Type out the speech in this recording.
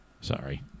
sorry